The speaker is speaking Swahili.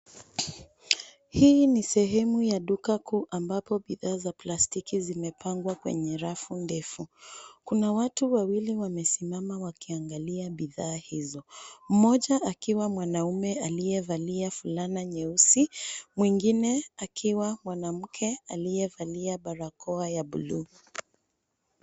Hii ni sehemu ya duka kuu, ambapo bidhaa za plastiki zimepangwa kwenye rafu ndefu. Kuna watu wawili wamesimama wakiangalia bidhaa hizo. Mmoja akiwa mwanaume aliyevalia fulana nyeusi, mwingine akiwa mwanamke aliyevalia barakoa ya blue .